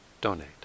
donate